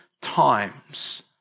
times